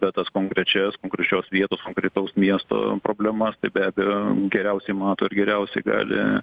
bet tas konkrečias konkrečios vietos konkretaus miesto problemas tai be abejo geriausiai mato ir geriausiai gali